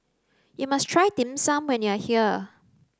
you must try dim sum when you are here